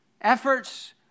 Efforts